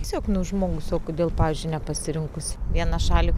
tiesiog nu žmogus o kodėl pavyzdžiui nepasirinkus vieną šalį